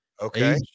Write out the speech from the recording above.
Okay